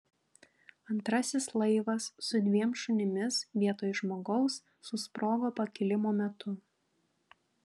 antrasis laivas su dviem šunimis vietoj žmogaus susprogo pakilimo metu